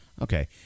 Okay